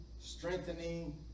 strengthening